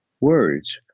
words